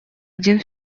один